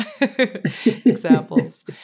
examples